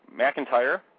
McIntyre